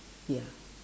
ya